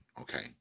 okay